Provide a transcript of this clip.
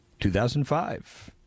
2005